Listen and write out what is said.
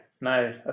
no